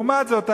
לעומת זאת,